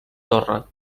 torre